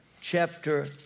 chapter